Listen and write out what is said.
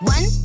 One